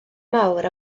mawr